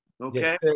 Okay